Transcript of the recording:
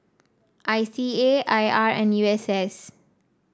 I C A I R and U S S